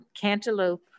cantaloupe